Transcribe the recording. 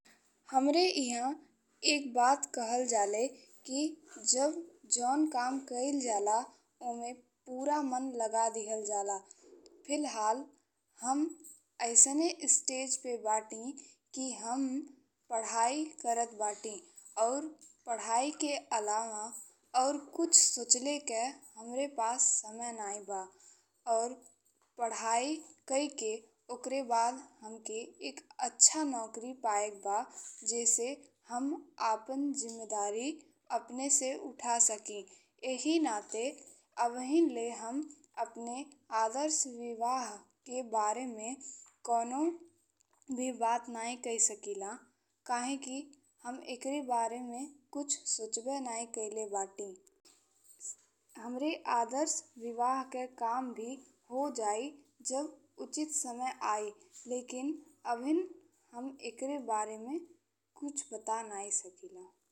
हमरे इहाँ एक बात कहल जाला कि जब जौन काम कइल जाला तब ओमें पूरा मन लगवा दिहल जाला। फिलहाल हम अइसने स्टेज पे बानी कि हम पढ़ाई करत बानी और पढ़ाई के अलावा अउर कुछ सोचले के हमरे पास समय नहीं बा अउर पढ़ाई कई के ओकर बाद हमके एक अच्छा नौकरी पाएके बा। जइसे हम अपना जिम्मेदारी अपने से उठा सकी इहि नाते अभी ले हम अपने आदर्श विवाह के बारे में कऊनो भी बात नहीं कइ सकिला काहेकि हम एकरे बारे में कुछ सोचबे नहीं कइले बानी। हमरे आदर्श विवाह के काम भी हो जाई जब उचित समय आई लेकिन अभी हम एकरे बारे में कुछ बता नहीं सकिला।